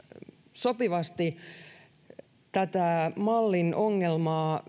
sopivasti mallin ongelmaa